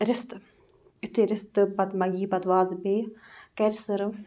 رِستہٕ یُتھُے رِستہٕ پَتہٕ ما یی پَتہٕ وازٕ بیٚیہِ کَرِ سٔرٕو